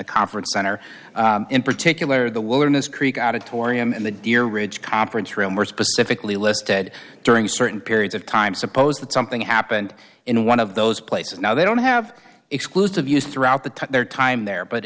conference center in particular the wilderness creek out of tory and the dear ridge conference room were specifically listed during certain periods of time suppose that something happened in one of those places now they don't have exclusive use throughout the time their time there but